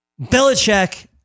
belichick